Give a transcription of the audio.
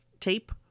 tape